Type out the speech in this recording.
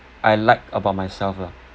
I like about myself lah